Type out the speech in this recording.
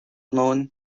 known